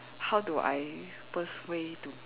how do I worst way to